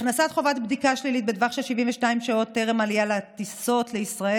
הכנסת חובת בדיקה שלילית בטווח של 72 שעות טרם העלייה לטיסות לישראל